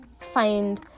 find